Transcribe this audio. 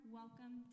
welcome